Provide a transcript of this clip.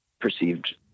perceived